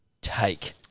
take